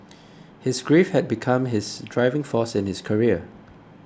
his grief had become his driving force in his career